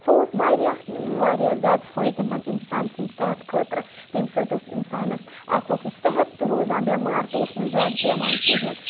سُہ اوس واریاہ واریاہ زیادٕ فٲیدٕ منٛد اِنسان سٕنٛدِ صحت خٲطرٕ تمہِ سۭتۍ اوس اِنسانَس اَکھ اوسُس صحت تہٕ روزان بٮ۪مار تہٕ اوس نہٕ زیادٕ پٮ۪وان کِہیٖنۍ